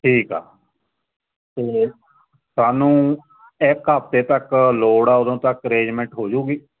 ਠੀਕ ਆ ਤੇ ਸਾਨੂੰ ਇੱਕ ਹਫਤੇ ਤੱਕ ਲੋੜ ਆ ਉਦੋਂ ਤੱਕ ਰੇਜਮੈਂਟ ਹੋ ਜੂਗੀ